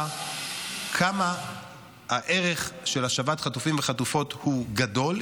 כמה הערך של השבת חטופים וחטופות הוא גדול.